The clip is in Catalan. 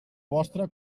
vostra